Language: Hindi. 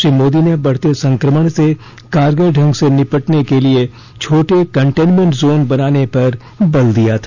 श्री मोदी ने बढ़ते संक्रमण से कारगर ढंग से निपटने के लिए छोटे कन्टेनमेंट जोन बनाने पर बल दिया था